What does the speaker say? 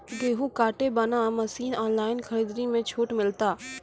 गेहूँ काटे बना मसीन ऑनलाइन खरीदारी मे छूट मिलता?